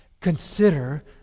consider